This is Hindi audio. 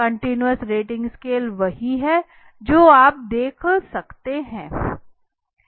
कंटीन्यूअस रेटिंग स्केल यह वही है जो आप देख सकते हैं